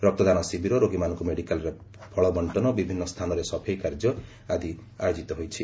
ରକ୍ତଦାନ ଶିବିର ରୋଗୀମାନଙ୍କୁ ମେଡ଼ିକାଲରେ ଫଳବ୍ଚ୍ଚନ ବିଭିନ୍ନ ସ୍ଥାନରେ ସଫେଇ କାର୍ଯ୍ୟ ଆଦି ଆୟୋକିତ ହୋଇଛି